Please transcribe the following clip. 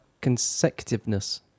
consecutiveness